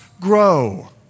grow